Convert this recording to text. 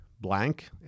blank